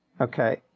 okay